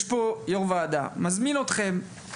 יש פה יו"ר ועדה, מזמין אתכם.